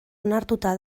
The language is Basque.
onartuta